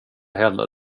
heller